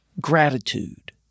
Gratitude